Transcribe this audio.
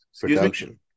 Production